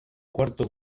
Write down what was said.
cuarto